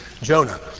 Jonah